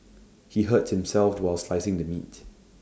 he hurt himself while slicing the meat